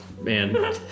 Man